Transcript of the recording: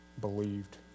believed